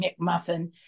mcmuffin